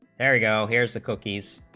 ariel here's a cookies